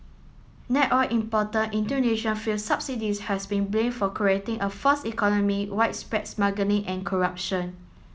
net oil importer Indonesia fuel subsidies have been blame for creating a false economy widespread smuggling and corruption